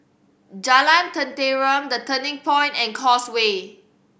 Jalan Tenteram The Turning Point and Causeway